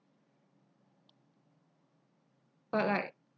but like